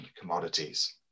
commodities